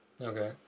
Okay